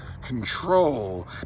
control